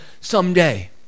someday